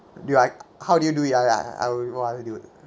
do you like how do you do it your like that I will want to do it